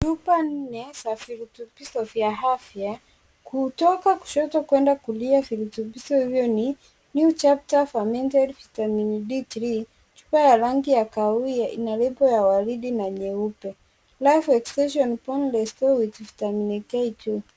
Chupa nne za virutubisho vya afya kutoka kushoto kwenda kulia virutubisho hivyo ni; New Chapter Fermented Vitamin D3, chupa ya rangi ya kahawia ina lebo ya waridi na nyeupe, Life Extension Bone Restore With Vitamin K2.